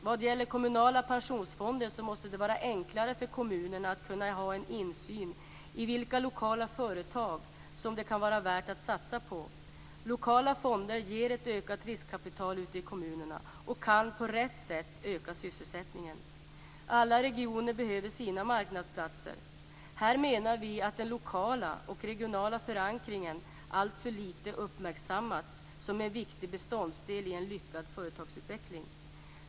Vad gäller kommunala pensionsfonder måste det vara enklare för kommunerna att ha en insyn i vilka lokala företag som det kan vara värt att satsa på. Lokala fonder ger ett ökat riskkapital ute i kommunerna och kan på rätt sätt öka sysselsättningen. Alla regioner behöver sina marknadsplatser. Här menar vi att den lokala och regionala förankringen alltför lite uppmärksammats som en viktig beståndsdel i en lyckad företagsutveckling.